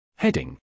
Heading